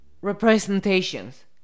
representations